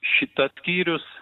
šitas skyrius